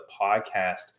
podcast